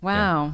Wow